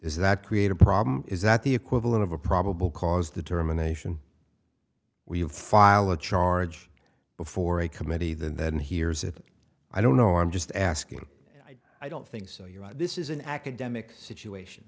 is that create a problem is that the equivalent of a probable cause determination we'll file a charge before a committee that hears it i don't know i'm just asking i don't think so you're right this is an academic situation